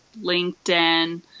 LinkedIn